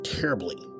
terribly